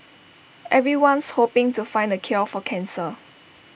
everyone's hoping to find the cure for cancer